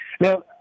Now